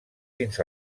fins